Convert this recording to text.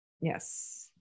Yes